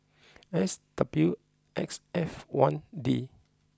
S W X F one D